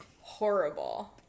horrible